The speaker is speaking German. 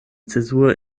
zäsur